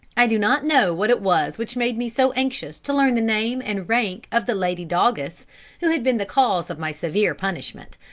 i do not know what it was which made me so anxious to learn the name and rank of the lady doggess who had been the cause of my severe punishment,